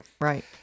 Right